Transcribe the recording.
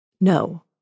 No